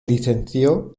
licenció